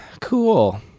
Cool